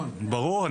ברור,